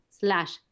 Slash